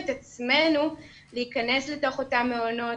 את עצמנו להיכנס לתוך אותם מעונות,